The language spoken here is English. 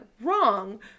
wrong